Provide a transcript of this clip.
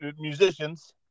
musicians